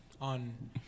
on